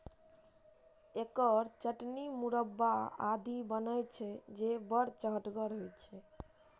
एकर चटनी, मुरब्बा आदि बनै छै, जे बड़ चहटगर होइ छै